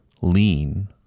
lean